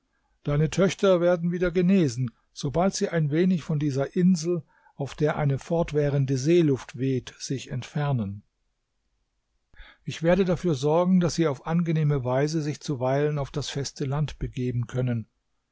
deine töchter werden wieder genesen sobald sie ein wenig von dieser insel auf der eine fortwährende seeluft weht sich entfernen ich werde dafür sorgen daß sie auf angenehme weise sich zuweilen auf das feste land begeben können